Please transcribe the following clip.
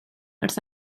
wrth